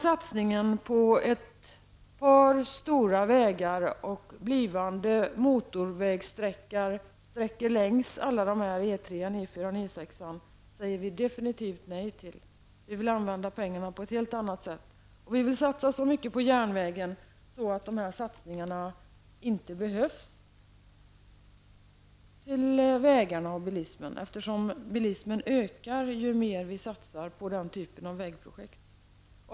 Satsningen på ett par stora vägar och blivande motorvägssträckor längs alla dessa vägar, E 3, E 4 och E 6 säger vi definitivt nej till. Vi vill använda pengarna på ett helt annat sätt. Vi vill satsa så mycket på järnvägen att de här satsningarna på vägarna och bilismen inte behövs, eftersom bilismen ökar ju mer vi satsar på den typen av vägprojekt.